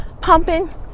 pumping